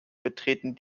betreten